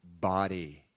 body